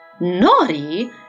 Naughty